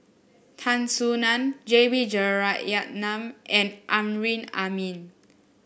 Tan Soo Nan J B Jeyaretnam and Amrin Amin